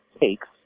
takes